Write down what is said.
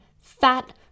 fat